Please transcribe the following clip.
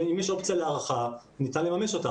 אם יש אופציה להארכה, ניתן לממש אותה.